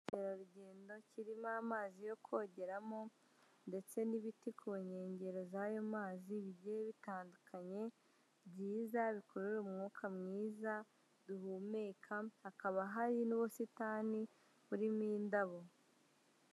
Ni inzu irimo gikoni cya kijyambere harimo harimo amazi n'imbere y'imu giko akoresha mu gikoni koza uri koza amasahani cyangwa amasafuriya hakaba harimo icyumba cyo kuraramo ndetse n'ubwogero ika ikodeshwa ibihumbi magana abiri ku kwezi, ikaba iherereye i kigali kacyiru.